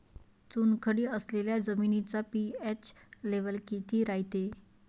चुनखडी असलेल्या जमिनीचा पी.एच लेव्हल किती रायते?